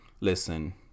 Listen